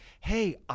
hey